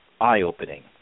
eye-opening